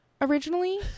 originally